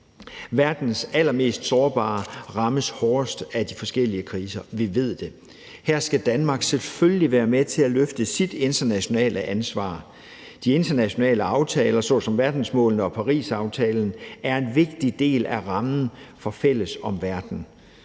Verdens allermest sårbare rammes hårdest af de forskellige kriser – vi ved det. Her skal Danmark selvfølgelig være med til at løfte sit internationale ansvar. De internationale aftaler såsom verdensmålene og Parisaftalen er en vigtig del af rammen for »Fælles om verden«.